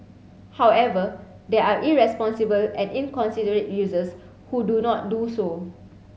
however there are irresponsible and inconsiderate users who do not do so